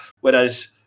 Whereas